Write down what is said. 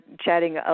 chatting